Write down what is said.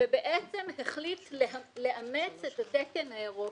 ובעצם החליט לאמץ את התקן האירופי.